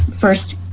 first